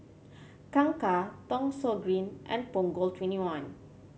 Kangkar Thong Soon Green and Punggol Twenty one